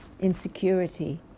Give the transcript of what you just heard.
insecurity